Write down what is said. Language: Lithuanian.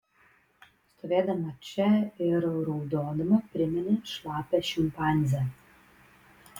stovėdama čia ir raudodama primeni šlapią šimpanzę